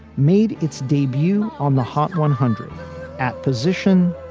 made its debut on the hot one hundred at position.